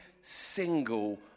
single